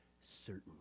certain